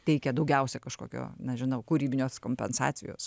teikia daugiausiai kažkokio nežinau kūrybinės kompensacijos